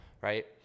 Right